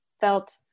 felt